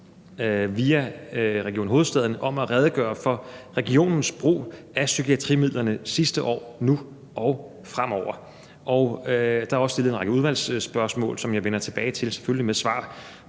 via Region Hovedstaden om at redegøre for regionens brug af psykiatrimidlerne sidste år, nu og fremover. Der er også stillet en række udvalgsspørgsmål, som jeg selvfølgelig vender tilbage med svar